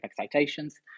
excitations